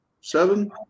Seven